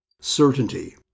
certainty